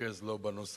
מתרכז לא בנושא.